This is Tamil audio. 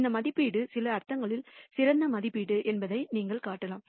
இந்த மதிப்பீடு சில அர்த்தங்களில் சிறந்த மதிப்பீடு என்பதையும் நீங்கள் காட்டலாம்